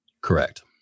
Correct